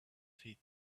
feet